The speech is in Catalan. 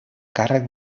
càrrec